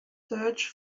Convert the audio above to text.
search